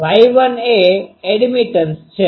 Y1 એ admittance છે